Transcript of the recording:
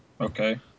Okay